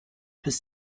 bis